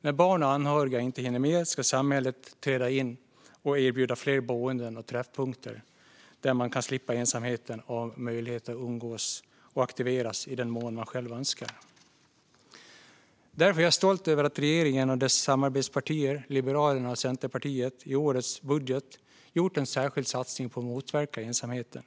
När barn och anhöriga inte hinner med ska samhället träda in och erbjuda fler boenden och träffpunkter, där man kan slippa ensamheten och ha möjlighet att umgås och aktiveras i den mån man själv önskar. Därför är jag stolt över att regeringen och dess samarbetspartier Liberalerna och Centerpartiet i årets budget gjort en särskild satsning på att motverka ensamheten.